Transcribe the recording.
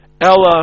Ella